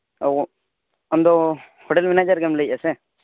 ᱚ ᱟᱢ ᱫᱚ ᱦᱳᱴᱮᱞ ᱢᱮᱱᱮᱡᱟᱨ ᱜᱮᱢ ᱞᱟᱹᱭᱮᱜᱼᱟ ᱥᱮ